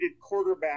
quarterback